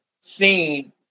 seen